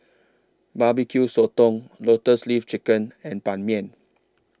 Barbecue Sotong Lotus Leaf Chicken and Ban Mian